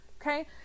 Okay